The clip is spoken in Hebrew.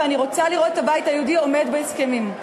ואני רוצה לראות את הבית היהודי עומד בהסכמים.